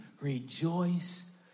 rejoice